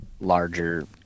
larger